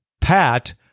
Pat